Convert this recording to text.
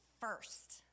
first